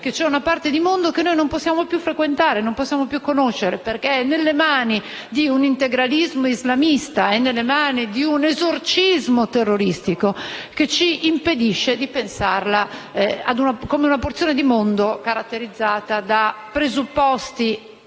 che c'è una parte del mondo che non possiamo più frequentare e conoscere perché è nelle mani di un integralismo islamista e di un esorcismo terroristico che ci impedisce di pensarla come una porzione di mondo caratterizzata da presupposti,